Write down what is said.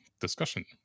discussion